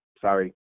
Sorry